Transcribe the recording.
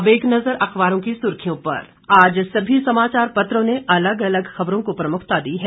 अब एक नजर अखबारों की सुर्खियों पर आज सभी समाचार पत्रों ने अलग अलग खबरों को प्रमुखता दी है